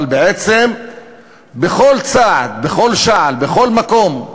אבל בעצם בכל צעד, בכל שעל, בכל מקום,